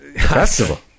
festival